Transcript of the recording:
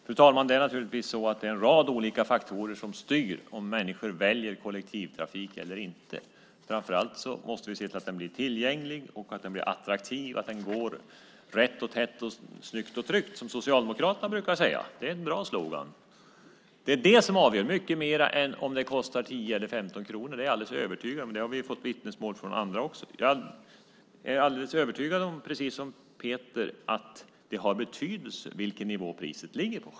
Fru talman! Det är en rad olika faktorer som styr om människor väljer kollektivtrafik eller inte. Framför allt måste vi se till att den bli tillgänglig, attraktiv och går rätt och tätt, snyggt och tryggt, som Socialdemokraterna brukar säga. Det är en bra slogan. Det avgör mycket mer än om det kostar 10 eller 15 kronor. Det är jag alldeles övertygad om. Det har vi fått vittnesmål om också från andra. Jag är precis som Peter alldeles övertygad om att det har betydelse vilken nivå priset ligger på.